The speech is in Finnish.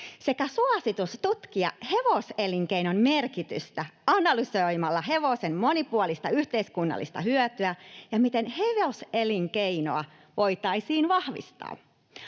sekä suositus tutkia hevoselinkeinon merkitystä analysoimalla hevosen monipuolista yhteiskunnallista hyötyä ja sitä, miten hevoselinkeinoa voitaisiin vahvistaa.